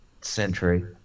century